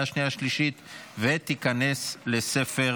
17 בעד,